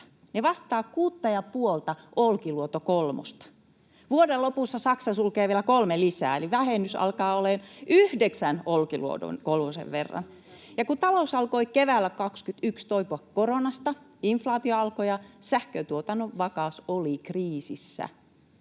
Ne vastaavat kuutta ja puolta Olkiluoto kolmosta. Vuoden lopussa Saksa sulkee vielä kolme lisää, eli vähennys alkaa olemaan yhdeksän Olkiluoto kolmosen verran. Kun talous alkoi keväällä 21 toipua koronasta, inflaatio alkoi ja sähköntuotannon vakaus oli kriisissä.